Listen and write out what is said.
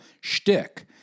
shtick